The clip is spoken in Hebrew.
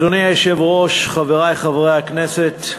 אדוני היושב-ראש, חברי חברי הכנסת,